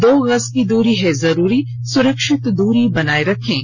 दो गज की दूरी है जरूरी सुरक्षित दूरी बनाए रखें